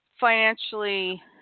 financially